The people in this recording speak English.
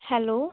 hello